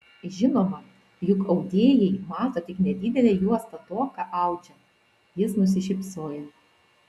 žinoma juk audėjai mato tik nedidelę juostą to ką audžia jis nusišypsojo